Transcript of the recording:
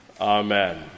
Amen